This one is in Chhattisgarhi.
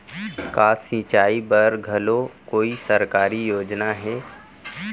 का सिंचाई बर घलो कोई सरकारी योजना हे?